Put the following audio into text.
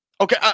Okay